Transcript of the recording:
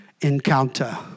Encounter